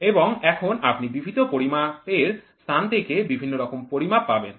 এবং এখন আপনি বিভিন্ন পরিমাপের স্থান থেকে বিভিন্ন রকম পরিমাপ পাবেন